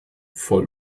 voll